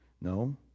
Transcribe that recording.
No